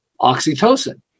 oxytocin